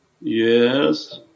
Yes